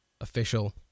official